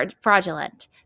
fraudulent